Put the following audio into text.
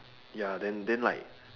ya then then like